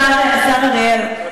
השר אריאל,